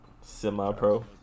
semi-pro